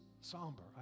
somber